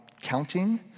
counting